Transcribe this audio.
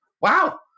wow